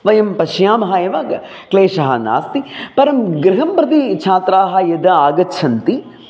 वयं पश्यामः एव क्लेशः नास्ति परं गृहं प्रति छात्राः यदा आगच्छन्ति